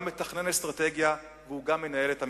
וגם מתכנן אסטרטגיה, וגם מנהל את המשרד.